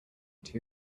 two